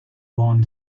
ron